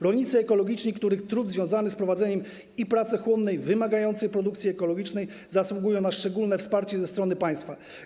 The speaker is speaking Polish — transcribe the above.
Rolnicy ekologiczni, których trud związany jest z prowadzeniem pracochłonnej i wymagającej produkcji ekologicznej, zasługują na szczególne wsparcie ze strony państwa.